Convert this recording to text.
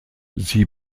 sie